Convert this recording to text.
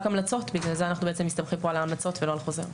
המלצות ובגלל זה אנחנו מסתמכים פה על המלצות ולא על חוזר.